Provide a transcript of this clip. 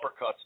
uppercuts